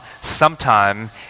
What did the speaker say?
sometime